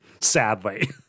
sadly